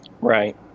Right